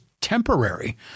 temporary